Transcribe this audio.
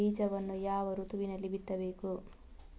ಬೀಜವನ್ನು ಯಾವ ಋತುವಿನಲ್ಲಿ ಬಿತ್ತಬೇಕು?